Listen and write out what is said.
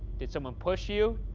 did someone push you?